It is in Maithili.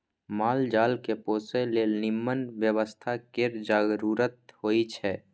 माल जाल केँ पोसय लेल निम्मन बेवस्था केर जरुरत होई छै